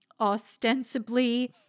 ostensibly